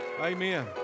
Amen